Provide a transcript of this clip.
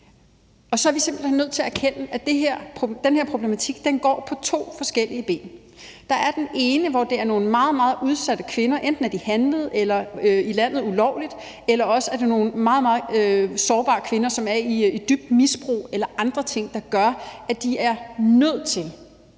Og så vi simpelt hen nødt til at erkende, at den her problematik går på to forskellige ben. Der er det ene ben, hvor der er nogle meget, meget udsatte kvinder. Enten af de handlet i landet ulovligt, eller også er det nogle meget, meget sårbare kvinder, som er i et dybt misbrug eller andre ting, som gør, at de er nødt til at sælge sex